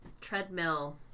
treadmill